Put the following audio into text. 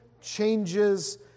changes